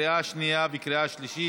לקריאה שנייה וקריאה שלישית.